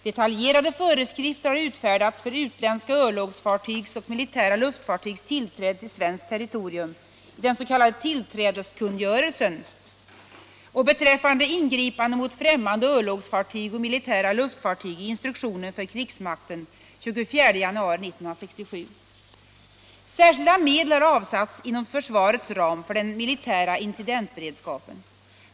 Detaljerade föreskrifter har utfärdats för utländska örlogsfartygs och militära luftfartygs tillträde till svenskt territorium i den s.k. tillträdeskungörelsen och beträffande luftfartyg i instruktionen för krigsmakten av den 24 januari 1967 . Särskilda medel har avsatts inom försvarets ram för den militära incidentberedskapen.